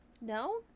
No